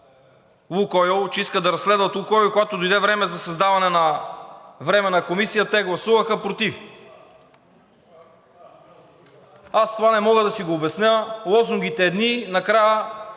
„Лукойл“, че искат да разследват „Лукойл“ и когато дойде време за създаване на временна комисия, те гласуваха против. Това не мога да си го обясня – лозунгите едни, накрая,